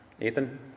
ethan